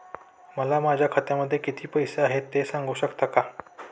मला माझ्या खात्यामध्ये किती पैसे आहेत ते सांगू शकता का?